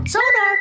Sonar